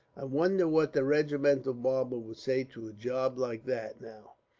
i wonder what the regimental barber would say to a job like that, now.